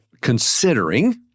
considering